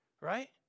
right